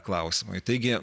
klausimui taigi